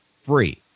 free